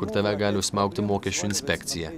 kur tave gali užsmaugti mokesčių inspekcija